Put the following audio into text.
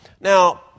Now